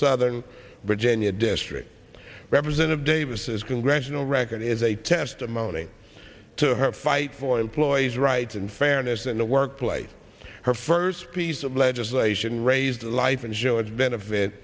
southern virginia district represented davis congressional record is a testimony to her fight for employees rights and fairness in the workplace her first piece of legislation raised life enjoy its benefit